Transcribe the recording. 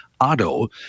otto